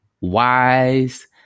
wise